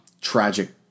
Tragic